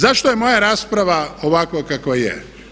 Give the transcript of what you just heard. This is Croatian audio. Zašto je moja rasprava ovakva kakva je?